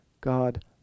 God